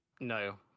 No